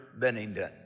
Bennington